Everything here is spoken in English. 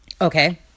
Okay